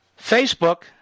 Facebook